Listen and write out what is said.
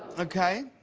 okay,